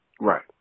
Right